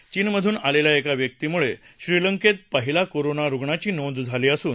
चीनमधून आलेल्या एका व्यक्तीमुळे श्रीलंकेत पहिल्या कोरोना रूग्णाची नोंद झाली होती